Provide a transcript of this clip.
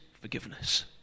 forgiveness